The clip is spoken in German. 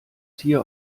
tier